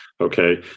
Okay